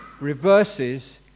reverses